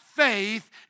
faith